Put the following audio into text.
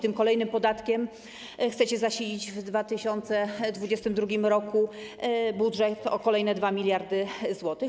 Tym kolejnym podatkiem chcecie zasilić w 2022 r. budżet o kolejne 2 mld zł.